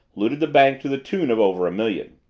looted the bank to the tune of over a million.